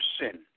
sin